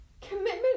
commitment